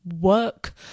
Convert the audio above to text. work